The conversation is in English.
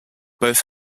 both